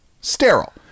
sterile